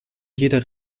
jeder